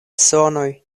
sonoj